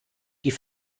die